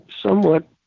somewhat